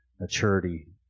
maturity